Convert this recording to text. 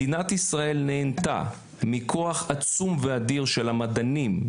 מדינת ישראל נהנתה מכוח עצום ואדיר של המדענים,